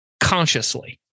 consciously